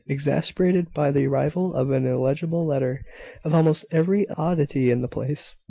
exasperated by the arrival of an illegible letter of almost every oddity in the place.